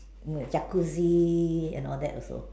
Jacuzzi and all that also